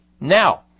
Now